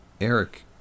Eric